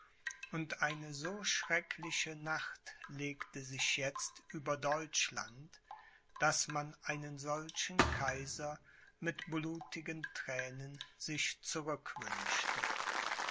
und eine so schreckliche nacht legte sich jetzt über deutschland daß man einen solchen kaiser mit blutigen thränen sich